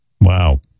Wow